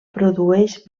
produeix